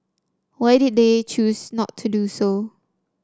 why did they choose not to do so